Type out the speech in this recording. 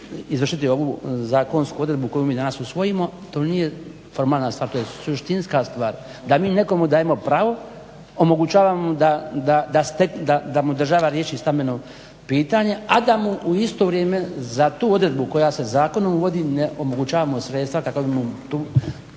izvršiti ovu zakonsku odredbu koju mi danas usvojio. To nije formalna stvar, to je suštinska stvar da mi nekomu dajemo pravo, omogućavamo da mu država riješi stambeno pitanje, a da mu u isto vrijeme za tu odredbu koja se zakonom uvodi ne omogućavamo sredstava kako bismo to